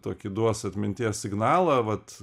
tokį duos atminties signalą vat